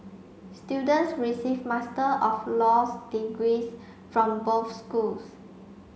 students receive Master of Laws degrees from both schools